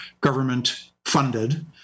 government-funded